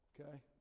Okay